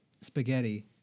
spaghetti